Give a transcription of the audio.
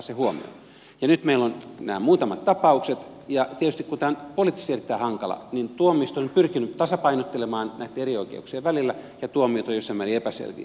nyt meillä on nämä muutamat tapaukset ja tietysti kun tämä on poliittisesti erittäin hankala asia tuomioistuin on pyrkinyt tasapainottelemaan näitten eri oikeuksien välillä ja tuomiot ovat jossain määrin epäselviä